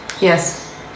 Yes